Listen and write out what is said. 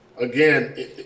Again